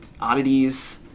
oddities